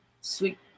sweet